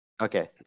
Okay